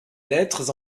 lettres